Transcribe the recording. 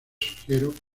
surgieron